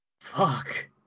Fuck